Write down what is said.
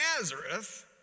Nazareth